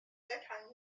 être